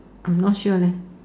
I am not sure leh